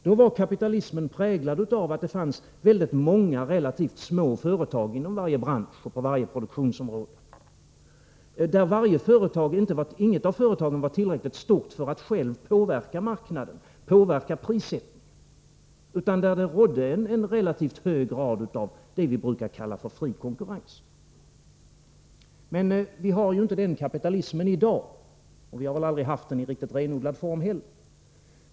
Då var kapitalismen präglad av att det fanns väldigt många men relativt små företag inom varje bransch och på varje produktionsområde, där inget av företagen var tillräckligt stort för att självt kunna påverka marknaden och prissättningen, varför det rådde en relativt hög grad av vad vi brukar kalla för fri konkurrens. Men vi har ju inte längre den sortens kapitalism — och vi har aldrig haft den i riktigt renodlad form heller.